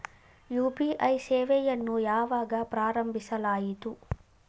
UPI ಸೇವೆಯನ್ನು ಯಾವಾಗ ಪ್ರಾರಂಭಿಸಲಾಯಿತು?